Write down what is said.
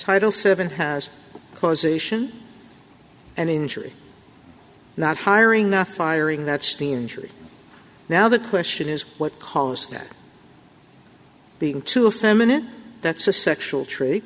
title seven has causation and injury not hiring not firing that's the injury now the question is what caused that being to a feminine that's a sexual tr